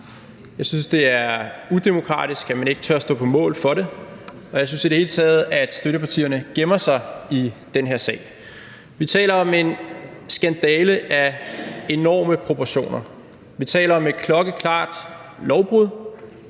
jeg synes, det er udemokratisk, at man ikke tør stå på mål for det. Jeg synes i det hele taget, at støttepartierne gemmer sig i den her sag. Vi taler om en skandale af enorme proportioner. Vi taler om et klokkeklart lovbrud.